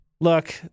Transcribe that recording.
Look